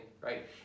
right